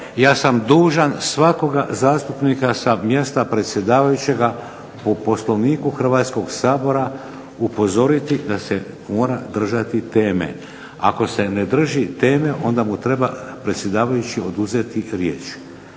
Ja sam dužan svakoga zastupnika sa mjesta predsjedavajućega po Poslovniku Hrvatskog sabora upozoriti da se mora držati teme. Ako se ne drži teme onda mu treba predsjedavajući oduzeti riječ.